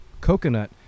coconut